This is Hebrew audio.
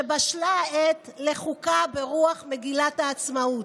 שבשלה העת לחוקה ברוח מגילת העצמאות,